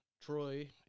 troy